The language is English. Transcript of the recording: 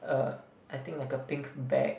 err I think like a pink bag